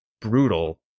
brutal